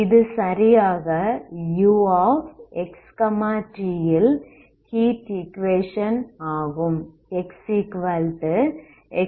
இது சரியாக uXt ல் ஹீட் ஈக்குவேஷன் ஆகும்